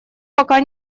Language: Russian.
пока